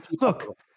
Look